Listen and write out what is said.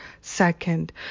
second